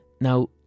Now